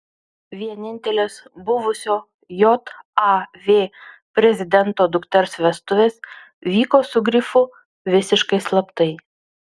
vienintelės buvusio jav prezidento dukters vestuvės vyko su grifu visiškai slaptai